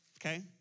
okay